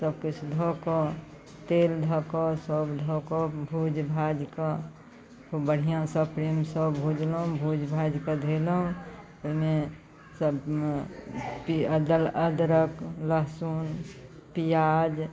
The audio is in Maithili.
सबकिछु धोकऽ तेल धऽ कऽ सब धऽ कऽ भुजि भाजिकऽ खूब बढ़िआँसँ प्रेमसँ भुजलहुँ भुजि भाजिकऽ धेलहुँ ओहिमे सब्जीमे अद अदरक लहसुन पिआज